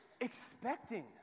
expecting